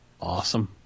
Awesome